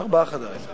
ארבעה חדרים.